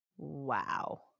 wow